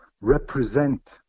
represent